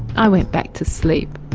i went back to sleep.